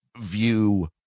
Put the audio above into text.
view